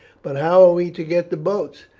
but how are we to get the boats?